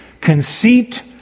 conceit